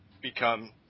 become